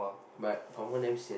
but confirm damn sian